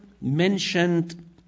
mentioned